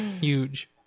Huge